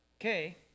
Okay